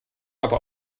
aber